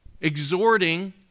exhorting